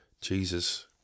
Jesus